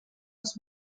als